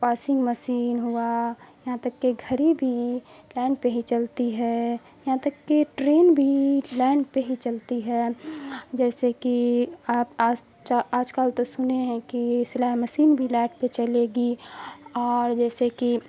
washing machine ہوا یہاں تک کہ گھری بھی لائن پہ ہی چلتی ہے یہاں تک کہ ٹرین بھی لائن پہ ہی چلتی ہے جیسے کہ آپ آج آج کل تو سنے ہیں کہ سلائی مشین بھی لائٹ پہ چلے گی اور جیسے کہ